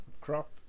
Crop